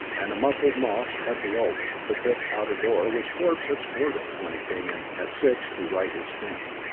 and a muffled knock at the oak, the thick outer door which forbes had sported when he came in at six to write his stint.